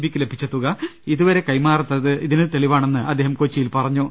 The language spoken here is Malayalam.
ബിക്ക് ലഭിച്ച തുക ഇതുവരെ കൈമാറാത്തത് ഇതിനു തെളിവാണെന്ന് അദ്ദേഹം കൊച്ചിയിൽ പറഞ്ഞു